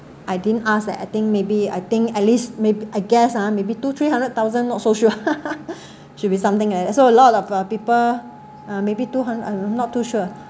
I didn't ask that I think maybe I think at least may I guess ah maybe two three hundred thousand not so sure should be something like that so a lot lah for our people uh maybe two hundred I'm not too sure